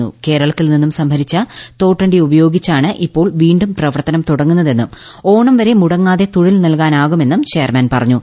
ക്രക്രളത്തിൽ നിന്നും സംഭരിച്ച തോട്ടണ്ടി ഉപയോഗിച്ചാണ് ഇപ്പോൾ വീണ്ടും പ്രവർത്തനം തുടങ്ങുന്നതെന്നും ഓണം വരെ മുടങ്ങാതെ തൊഴിൽ നൽകാനാകുമെന്നും ചെയർമാൻ പറഞ്ഞു